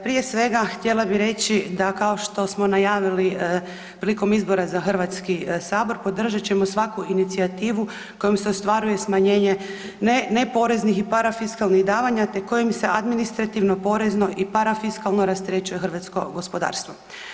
Prije svega htjela bi reći da kao što smo najavili prilikom izbora za HS podržat ćemo svaku inicijativu kojom se ostvaruje smanjenje ne poreznih i parafiskalnih davanja te kojim se administrativno porezno i parafiskalno rasterećuje hrvatsko gospodarstvo.